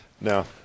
Now